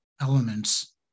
elements